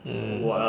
mm